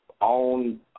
own